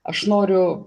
aš noriu